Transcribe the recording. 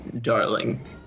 darling